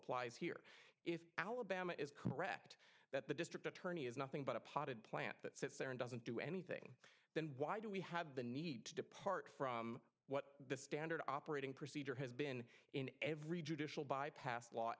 applies here if alabama is correct that the district attorney is nothing but a potted plant that sits there and doesn't do anything then why do we had the need to depart from what the standard operating procedure has been in every judicial bypass law